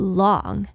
long